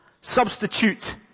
substitute